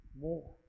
more